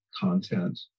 content